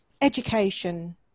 education